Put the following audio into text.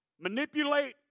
manipulate